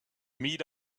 meet